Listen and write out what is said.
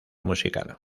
musical